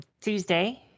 tuesday